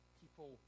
people